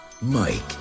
Mike